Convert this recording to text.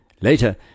Later